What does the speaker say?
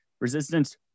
resistance